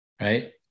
right